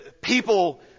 people